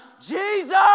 Jesus